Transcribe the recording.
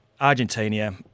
Argentina